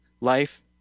life